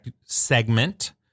segment